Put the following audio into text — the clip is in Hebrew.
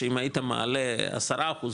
שאם היית מעלה עשרה אחוז,